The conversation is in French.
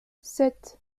sept